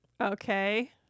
Okay